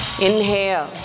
inhale